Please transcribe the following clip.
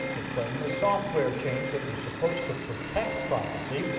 it's planning a software change that was supposed to protect privacy.